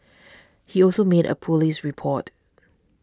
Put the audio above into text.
he also made a police report